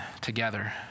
together